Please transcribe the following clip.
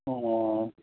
ꯑꯣ ꯑꯣ